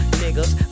niggas